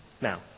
Now